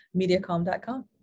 mediacom.com